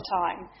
time